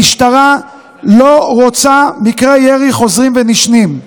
המשטרה אינה רוצה מקרי ירי חוזרים ונשנים.